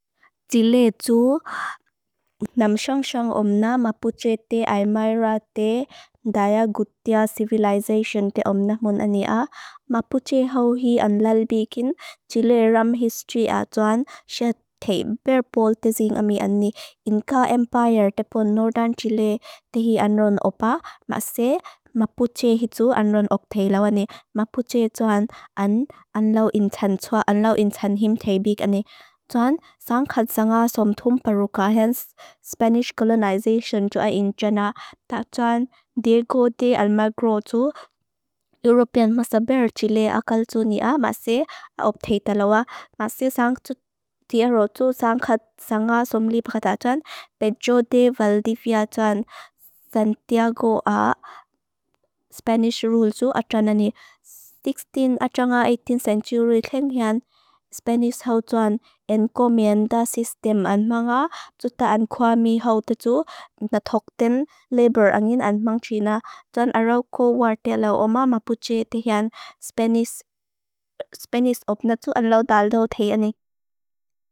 Txile tsu namsangsang omna Mapuche te aimaira te dayagutia civilization te omna mona ni a. Mapuche hau hi anlal bikin txile ram history a. Txuan se teber pol te zing ami ani Inka Empire te pon Nordan Txile te hi anron opa. Mase Mapuche hi tsu anron ok teila wane. Mapuche txuan anlawin txan txua, anlawin txan him tebik ane. Txuan sanghat sangha somtum peruka hence Spanish colonization txua in txana. Tak txuan Diego de Almagro txua, European musulman txile akal txu ni a. Mase op teila wane. Mase sanghat sangha somlib kata txuan. Pejo de Valdivia txuan, Santiago a, Spanish rule txua a txana ni. 16 a txana 18th century tem hi an, Spanish hau txuan encomienda sistem anmang a. Txuta ankua mi hau te txua. Na tok ten labor angin anmang txina. Txuan aroko war te lau. Oma Mapuche te hi an, Spanish. Spanish opna txua anlawin talo te ane.